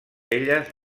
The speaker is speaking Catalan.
elles